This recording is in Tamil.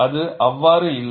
அது அவ்வாறு இல்லை